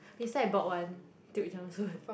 yesterday I bought one jumpsuit